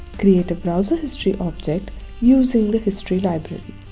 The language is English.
create a browser history object using the history library